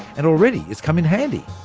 and already, it's come in handy.